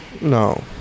No